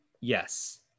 Yes